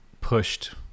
pushed